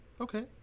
Okay